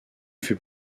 fut